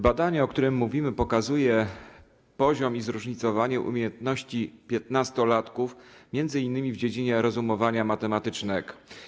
Badanie, o którym mówimy, pokazuje poziom i zróżnicowanie umiejętności piętnastolatków m.in. w dziedzinie rozumowania matematycznego.